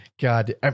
God